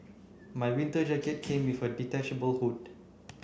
my winter jacket came with a detachable hood